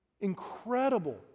Incredible